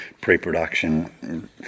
pre-production